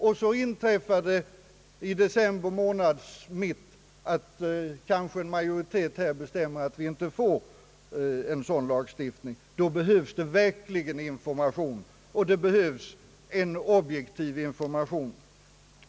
Och så inträffar det i december månads mitt att en majoritet här kanske bestämmer att vi inte får en sådan lagstiftning. Då behövs det verkligen en objektiv information.